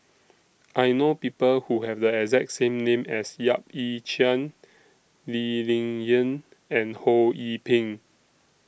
I know People Who Have The exact same name as Yap Ee Chian Lee Ling Yen and Ho Yee Ping